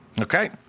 Okay